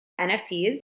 NFTs